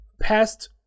past